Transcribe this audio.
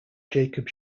jacob